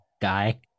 guy